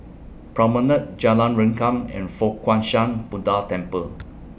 Promenade Jalan Rengkam and Fo Guang Shan Buddha Temple